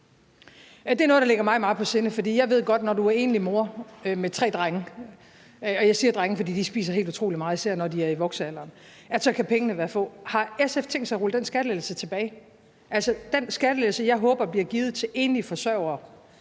er det noget, der ligger mig meget på sinde, for jeg ved godt, at når du er enlig mor med tre drenge, og jeg siger »drenge«, for de spiser helt utrolig meget, og især når de er i voksealderen, kan pengene være få: Har SF tænkt sig at rulle den skattelettelse tilbage? Altså, bliver den skattelettelse, jeg håber bliver givet til enlige forsørgere,